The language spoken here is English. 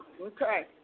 Okay